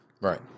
Right